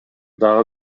дагы